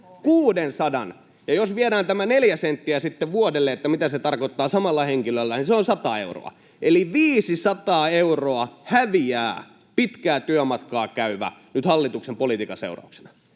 600:n! Ja jos viedään sitten tämä neljä senttiä vuodelle, mitä se tarkoittaa samalla henkilöllä, niin se on 100 euroa. Eli kun 500 euroa häviää pitkää työmatkaa käyvä nyt hallituksen politiikan seurauksena,